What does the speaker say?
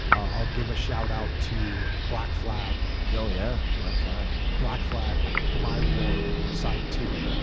i'll give a shout out to black flag. yeah oh, yeah, black flag. black flag, my war, side two.